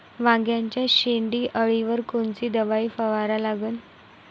वांग्याच्या शेंडी अळीवर कोनची दवाई फवारा लागन?